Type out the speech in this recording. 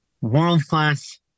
world-class